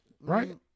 Right